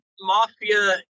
Mafia